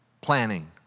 planning